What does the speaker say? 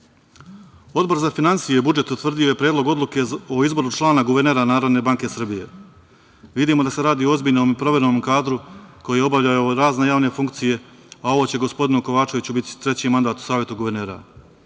za finansije i budžet utvrdio je Predlog odluke o izboru člana guvernera Narodne banke Srbije. Vidimo da se radi o ozbiljno proverenom kadru koji je obavljao razne javne funkcije, a ovo će gospodinu Kovačeviću biti treći mandat u Savetu guvernera.